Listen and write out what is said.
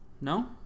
No